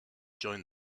join